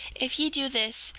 if ye do this,